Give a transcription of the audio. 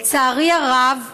לצערי הרב,